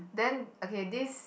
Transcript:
then okay this